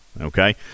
Okay